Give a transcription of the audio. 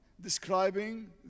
describing